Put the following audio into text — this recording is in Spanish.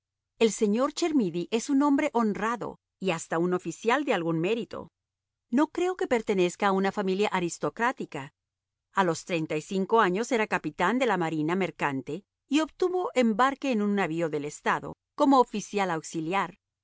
el señor chermidy es un hombre honrado y hasta un oficial de algún mérito no creo que pertenezca a una familia aristocrática a los treinta y cinco años era capitán de la marina mercante y obtuvo embarque en un navío del estado como oficial auxiliar